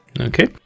Okay